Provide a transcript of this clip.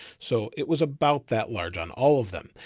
so it was about that large on all of them.